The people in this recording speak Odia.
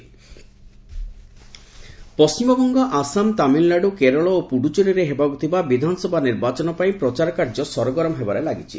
ଇଲେକ୍ସନ୍ କ୍ୟାମ୍ପେନିଂ ପଶ୍ଚିମବଙ୍ଗ ଆସାମ ତାମିଲନାଡୁ କେରଳ ଓ ପୁଡୁଚେରୀରେ ହେବାକୁ ଥିବା ବିଧାନସଭା ନିର୍ବାଚନ ପାଇଁ ପ୍ରଚାର କାର୍ଯ୍ୟ ସରଗରମ ହେବାରେ ଲାଗିଛି